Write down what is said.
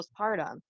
postpartum